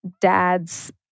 dads